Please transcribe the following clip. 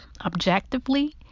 objectively